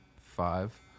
five